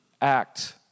act